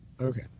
Okay